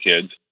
kids